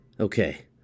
Okay